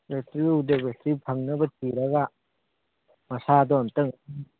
battery ꯎꯗꯦ battery ꯐꯪꯅꯕ ꯊꯤꯔꯒ ꯃꯁꯥꯗꯣ ꯑꯝꯇꯪ